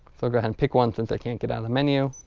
so go ahead and pick one since i can't get out of the menu.